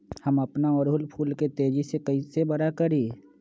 हम अपना ओरहूल फूल के तेजी से कई से बड़ा करी?